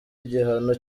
igihano